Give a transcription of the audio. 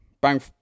bang